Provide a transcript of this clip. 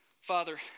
Father